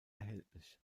erhältlich